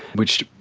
which,